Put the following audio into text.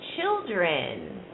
children